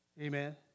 Amen